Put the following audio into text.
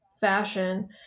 fashion